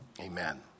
Amen